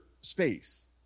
space